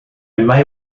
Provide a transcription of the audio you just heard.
may